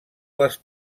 les